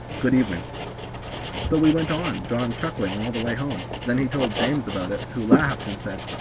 good-evening. so we went on, john chuckling all the way home then he told james about it, who laughed and said,